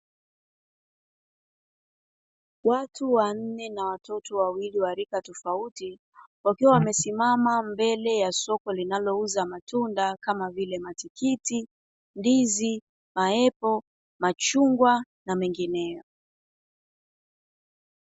Watu wanne na watoto wawili wa rika tofauti, wakiwa wamesimama mbele ya soko linalouza matunda kamavile matikiti, ndizi, maepo, machungwa na mengineyo.